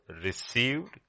received